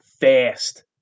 fast